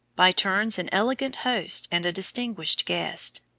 by turns an elegant host and a distinguished guest.